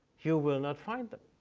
you will not find them,